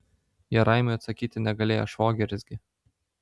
jie raimiui atsakyti negalėjo švogeris gi